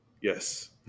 Yes